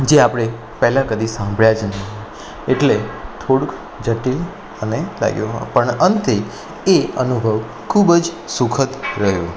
જે આપણે પહેલાં કદી સાંભળ્યા જ નહીં એટલે થોડુંક જટિલ અને લાગ્યું પણ અંતે એ અનુભવ ખૂબ જ સુખદ રહ્યો